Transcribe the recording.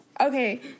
okay